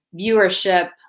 viewership